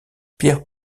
pierre